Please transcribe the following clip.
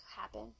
happen